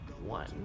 one